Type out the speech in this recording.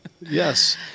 Yes